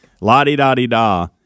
la-di-da-di-da